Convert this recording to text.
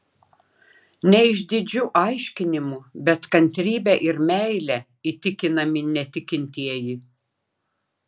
ne išdidžiu aiškinimu bet kantrybe ir meile įtikinami netikintieji